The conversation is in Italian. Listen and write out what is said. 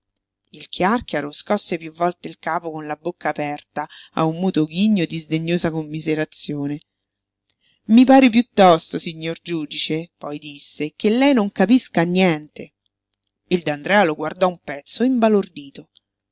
il chiàrchiaro scosse piú volte il capo con la bocca aperta a un muto ghigno di sdegnosa commiserazione i pare piuttosto signor giudice poi disse che lei non capisca niente il d'andrea lo guardò un pezzo